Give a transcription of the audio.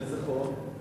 איזה חוק?